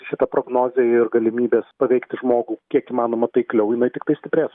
šita prognozė ir galimybės paveikti žmogų kiek įmanoma taikliau jinai tiktai stiprės